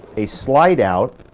a slideout.